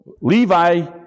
Levi